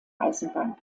eisenbahn